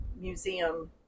museum